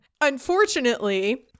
Unfortunately